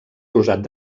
rosat